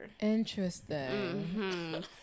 Interesting